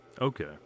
Okay